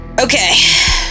Okay